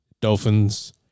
Dolphins